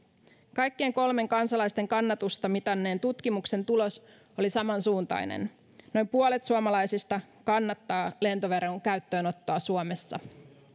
kaikkien kolmen kansalaisten kannatusta mitanneen tutkimuksen tulos oli samansuuntainen noin puolet suomalaisista kannattaa lentoveron käyttöönottoa suomessa